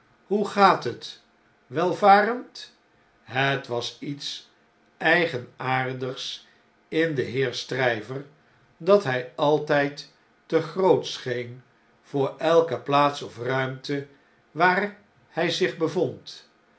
stryver hoegaat het welvarend het was iets eigenaardigs in den heer stryver dat hij altyd te groot scheen voor elke plaats of ruimte waar hfl zich bevond